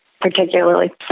particularly